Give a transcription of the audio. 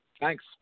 thanks